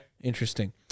Interesting